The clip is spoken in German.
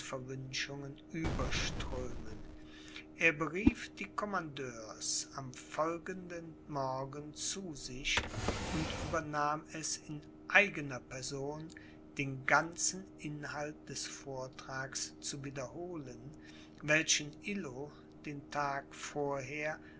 überströmen er berief die commandeurs am folgenden morgen zu sich und übernahm es in eigener person den ganzen inhalt des vortrags zu wiederholen welchen illo den tag vorher